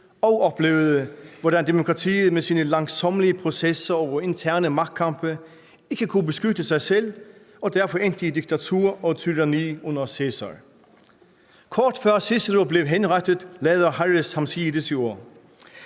som oplevede, hvordan demokratiet med sine langsommelige processer og interne magtkampe ikke kunne beskytte sig selv og derfor endte i diktatur og tyranni under Cæsar. Kl. 21:13 Kort før Cicero bliver henrettet, lader Harris ham sige